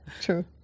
true